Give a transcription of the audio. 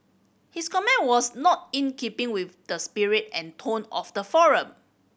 his comment was not in keeping with the spirit and tone of the forum